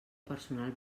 personal